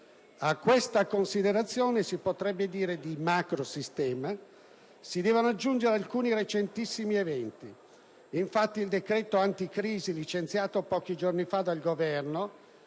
A questa considerazione, che si potrebbe dire di macro-sistema, si devono aggiungere alcuni recentissimi eventi. Infatti, il decreto-legge anticrisi emanato pochi giorni fa dal Governo,